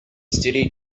steady